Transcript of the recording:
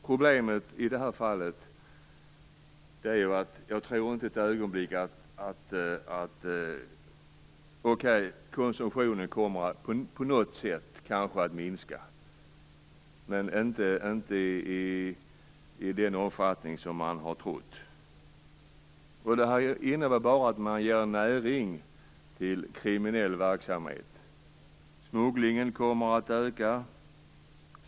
Problemet i det här fallet är att konsumtionen visserligen på något sätt kanske kommer att minska, men inte i den omfattning man har trott. Det här innebär bara att man ger näring till kriminell verksamhet. Smugglingen kommer att öka.